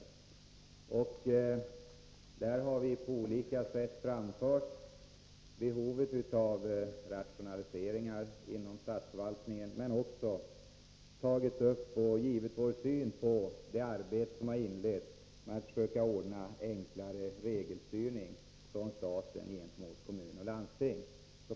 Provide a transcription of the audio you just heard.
I denna utbildning har vi på olika sätt framhållit behovet av rationaliseringar inom statsförvaltningen, men också givit vår syn på det arbete som har inletts med att försöka ordna enklare regelstyrning från staten gentemot kommuner och landsting.